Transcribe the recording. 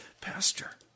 Pastor